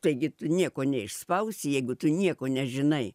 taigi tu nieko neišspausi jeigu tu nieko nežinai